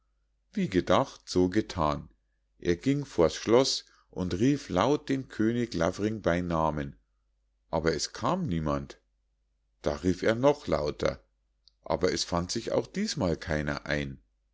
wie gedacht so gethan er ging vor's schloß und rief laut den könig lavring bei namen aber es kam niemand da rief er noch lauter aber es fand sich auch diesmal keiner ein